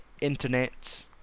internet